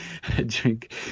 drink